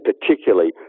particularly